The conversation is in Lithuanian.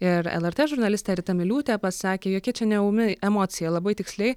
ir lrt žurnalistė rita miliūtė pasakė jokia čia ne ūmi emocija labai tiksliai